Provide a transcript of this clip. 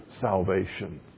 salvation